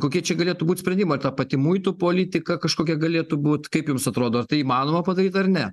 kokie čia galėtų būt sprendimai ta pati muitų politika kažkokia galėtų būt kaip jums atrodo ar tai įmanoma padaryt ar ne